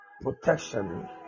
protection